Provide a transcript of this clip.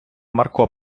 марко